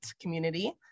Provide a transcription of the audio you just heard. community